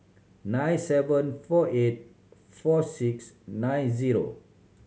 nine seven four eight four six nine zero